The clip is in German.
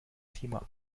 thema